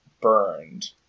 burned